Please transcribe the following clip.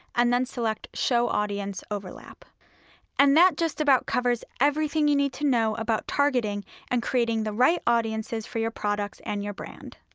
and then select show audience overlap and that just about covers everything you need to know about targeting and creating the right audiences for your products and your brand.